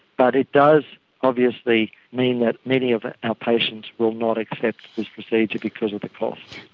but it does obviously mean that many of our patients will not accept this procedure because of the cost.